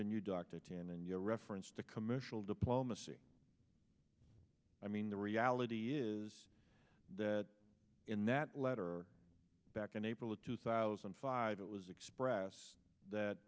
been you dr tannen your reference to commercial diplomacy i mean the reality is that in that letter back in april of two thousand and five it was expressed that